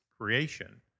creation